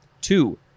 two